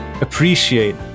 appreciate